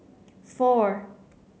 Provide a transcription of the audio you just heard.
four